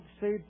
say